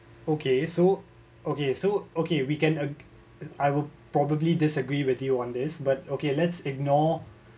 okay so okay so okay we can uh I would probably disagree with you on this but okay let's ignore